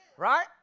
Right